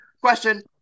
question